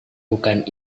bukan